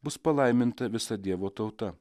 bus palaiminta visa dievo tauta